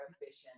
efficient